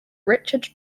richard